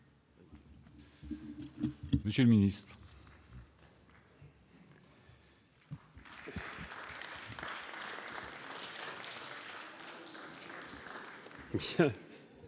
monsieur le ministre,